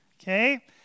okay